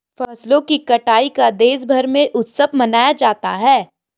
फसलों की कटाई का देशभर में उत्सव मनाया जाता है